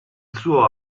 suo